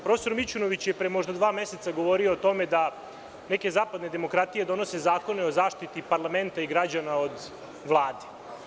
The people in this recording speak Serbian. Profesor Mićunović, je pre možda dva meseca govorio o tome da neke zapadne demokratije donose zakone o zaštiti parlamenta i građana od Vlade.